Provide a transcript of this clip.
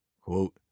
quote